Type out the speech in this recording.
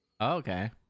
Okay